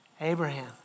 Abraham